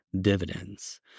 dividends